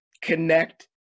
connect